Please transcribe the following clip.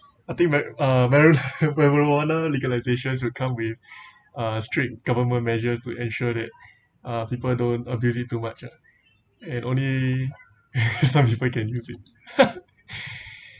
I think mari~ marijuana legalisation should come with uh strict government measures to ensure that people don't abuse it too much ah and only some can use it